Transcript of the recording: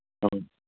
ꯎꯝ